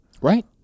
Right